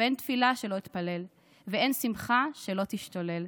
ואין תפילה שלא אתפלל / ואין שמחה שלא תשתולל.